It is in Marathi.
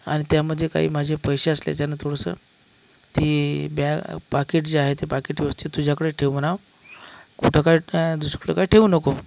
आणि त्यामध्ये काही माझे काही पैसे असले त्यानं थोडंसं ती बॅग पाकीट जे आहे ते पाकीट व्यवस्थित तुझ्याकडे ठेव म्हणावं कुठं काय दुसरीकडे काय ठेवू नको